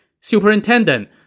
Superintendent